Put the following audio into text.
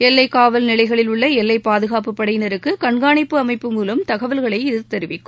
எல்லை காவல் நிலைகளில் உள்ள எல்லை பாதுகாப்பு படையினருக்கு கண்காணிப்பு அமைப்பு மூலம் தகவல்களை இது தெரிவிக்கும்